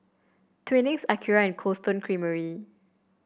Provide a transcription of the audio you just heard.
Twinings Akira and Cold Stone Creamery